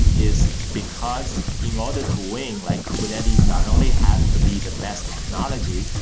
is because in order to win, like kubernetes not only had to be the best technology,